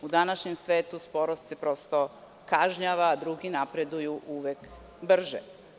U današnjem svetu sporost se prosto kažnjava, jer drugi napreduju uvek brže.